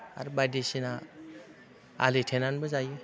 आरो बायदिसिना आलि थेनानैबो जायो